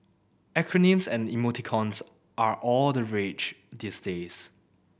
acronyms and emoticons are all the rage these days